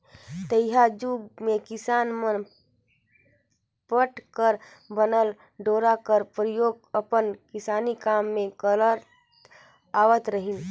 तइहा जुग मे किसान मन पट कर बनल डोरा कर परियोग अपन किसानी काम मे करत आवत रहिन